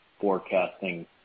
forecasting